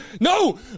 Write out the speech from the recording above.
no